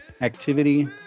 activity